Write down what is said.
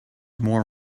more